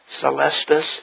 Celestis